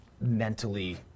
mentally